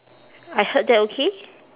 I heard that okay